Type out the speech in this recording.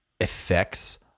Effects